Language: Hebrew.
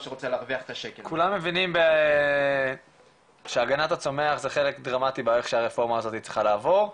כולם מבינים שהגנת הצומח זה חלק דרמטי באיך שהרפורמה הזאת צריכה לעבור.